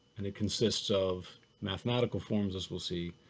and it consists of mathematical forms, as we'll see.